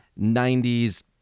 90s